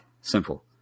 simple